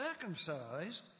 circumcised